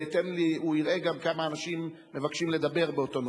הוא גם יראה כמה אנשים מבקשים לדבר באותו נושא.